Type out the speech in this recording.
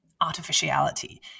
artificiality